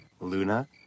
Luna